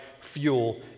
fuel